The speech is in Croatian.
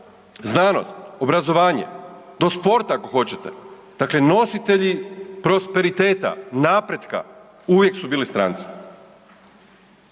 znanost, obrazovanje, do sporta, ako hoćete. Dakle, nositelji prosperiteta, napretka, uvijek su bili stranci.